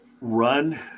run